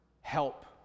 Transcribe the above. help